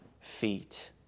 feet